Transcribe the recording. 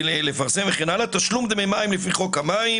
לפרסם וכן הלאה תשלום דמי מים לפי חוק המים